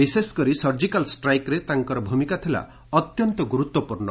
ବିଶେଷ କରି ସର୍ଜିକାଲ ଷ୍ଟାଇକରେ ତାଙ୍କର ଭ୍ରମିକା ଥିଲା ଅତ୍ୟନ୍ତ ଗୁରୁତ୍ୱପୂର୍ଣ୍ଣ